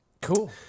Cool